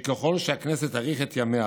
שככל שהכנסת תאריך את ימיה